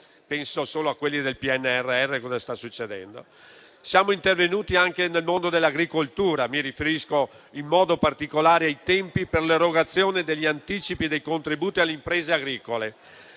con quelli del PNRR). Siamo intervenuti anche nel mondo dell'agricoltura, mi riferisco in modo particolare ai tempi per l'erogazione degli anticipi dei contributi alle imprese agricole,